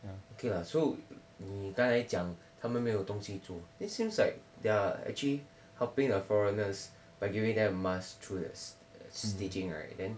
ya okay lah so 你刚才讲他们没有东西做 this seems like they're actually helping the foreigners by giving them a mask through that st~ stitching right